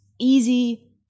easy